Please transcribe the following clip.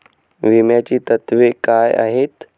विम्याची तत्वे काय आहेत?